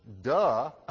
Duh